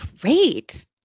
great